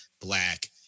black